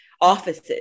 offices